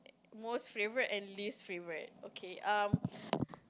most favourite and least favourite okay um